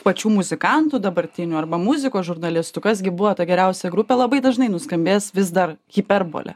pačių muzikantų dabartinių arba muzikos žurnalistų kas gi buvo ta geriausia grupė labai dažnai nuskambės vis dar hiperbolė